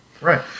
Right